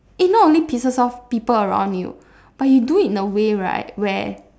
it not only pisses off people around you but you do it in a way right where